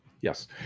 Yes